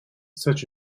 such